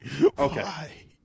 okay